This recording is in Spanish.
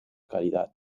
calidad